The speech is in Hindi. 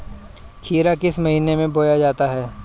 खीरा किस महीने में बोया जाता है?